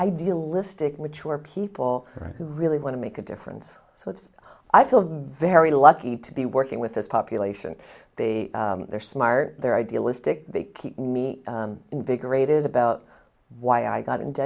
idealistic mature people who really want to make a difference so it's i feel very lucky to be working with this population they they're smart they're idealistic they keep me invigorated about why i got into